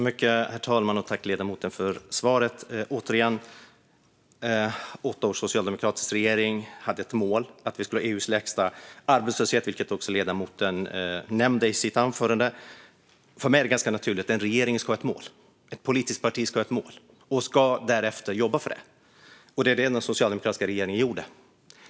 Herr talman! Tack, ledamoten, för svaret! Återigen: Under åtta år med socialdemokratisk regering hade vi ett mål. Vi skulle ha EU:s lägsta arbetslöshet, vilket också ledamoten nämnde i sitt anförande. För mig är det ganska naturligt. En regering ska ha ett mål, ett politiskt parti ska ha ett mål, och ska därefter jobba för det. Det var det enda den socialdemokratiska regeringen gjorde.